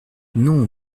non